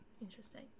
Interesting